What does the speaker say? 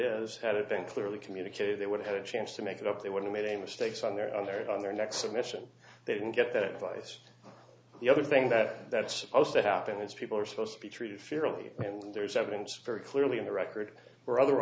is had it been clearly communicated they would have a chance to make it up they would have made a mistakes on their on their on their next admission they didn't get that vice the other thing that that's supposed to happen is people are supposed to be treated fairly and there's evidence very clearly in the record or other